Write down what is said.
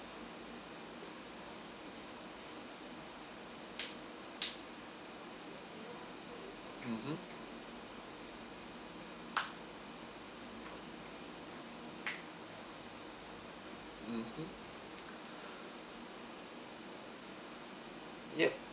mmhmm mmhmm yup